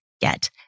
Get